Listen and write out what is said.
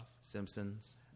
Simpsons